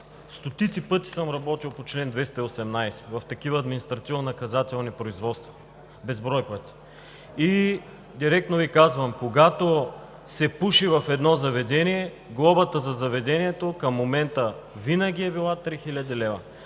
стотици пъти съм работил по чл. 218 в такива административно-наказателни производства. Безброй пъти! Директно Ви казвам: когато се пуши в едно заведение, глобата за заведението към момента винаги е била 3000 лв.